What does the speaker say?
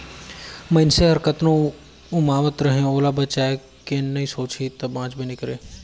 मइनसे हर कतनो उमावत रहें ओला बचाए के नइ सोचही त बांचबे नइ करे